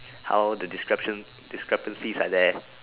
how the discreption~ discrepancies are there